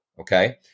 okay